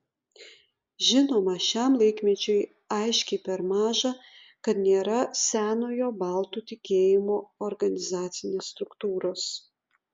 žinoma šiam laikmečiui aiškiai per maža kad nėra senojo baltų tikėjimo organizacinės struktūros